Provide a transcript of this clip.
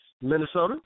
Minnesota